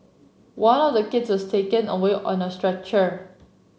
one of the kids was taken away on a stretcher